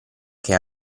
che